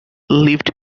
lived